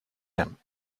him